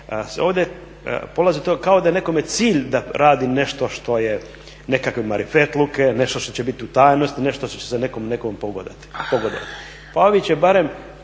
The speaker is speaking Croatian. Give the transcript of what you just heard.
ovdje polazi od tog kao da je nekome cilj da radi nešto što je nekakve marifetluke, nešto što će biti u tajnosti, nešto što će se nekom pogodovati. Pa ovi će barem